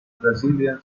brazilian